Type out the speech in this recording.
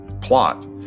plot